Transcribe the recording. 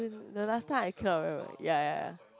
the last time I cannot remember already ya ya ya